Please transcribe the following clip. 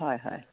হয় হয়